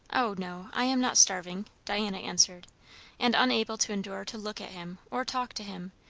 o no, i am not starving, diana answered and unable to endure to look at him or talk to him,